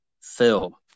Phil